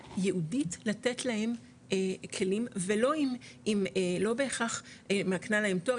ייעודית לתת להם כלים ולא בהיכרך מקנה להם תואר,